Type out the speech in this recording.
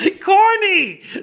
Corny